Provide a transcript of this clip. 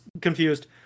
confused